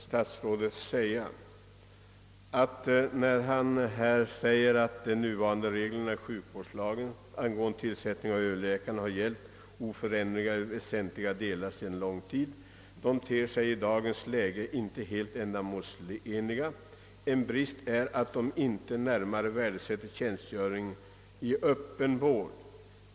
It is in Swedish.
Statsrådet uttalar på denna punkt följande: »De nuvarande reglerna i sjukvårdslagen angående tillsättning av överläkare har gällt oförändrade i väsentliga delar sedan lång tid. De ter sig i dagens läge inte helt ändamålsenliga. En brist är att de inte närmare värdesätter tjänstgöring i öppen vård.